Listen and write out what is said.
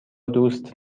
دوست